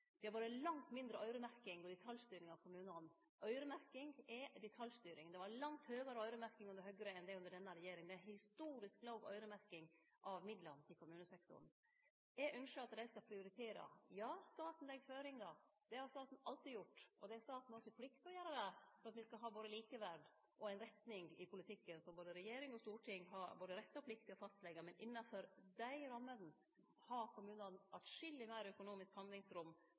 Det har vore langt mindre øyremerking og detaljstyring av kommunane. Øyremerking er detaljstyring. Det var langt meir øyremerking under Høgre enn det har vore under denne regjeringa. Det er historisk låg øyremerking av midlane til kommunesektoren. Eg ynskjer at dei skal prioritere. Ja, staten legg føringar. Det har staten alltid gjort. Staten har også ei plikt til å gjere det for at me skal ha både likeverd og ei retning i politikken som både regjering og storting har både rett og plikt til å fastleggje. Men innanfor dei rammene har kommunane atskilleg meir økonomisk handlingsrom